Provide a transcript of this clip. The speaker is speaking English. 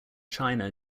china